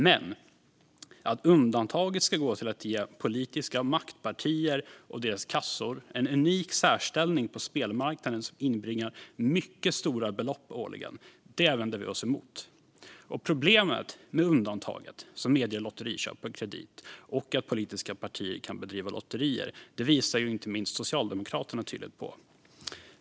Men att undantag ska göras för att ge politiska maktpartier och deras kassor en unik särställning på spelmarknaden som inbringar mycket stora belopp årligen vänder vi oss emot. Problemet med undantaget som medger lotteriköp på kredit och att politiska partier kan bedriva lotterier visar inte minst Socialdemokraterna tydligt på.